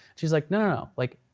she's like no, like